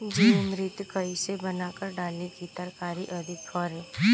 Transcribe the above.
जीवमृत कईसे बनाकर डाली की तरकरी अधिक फरे?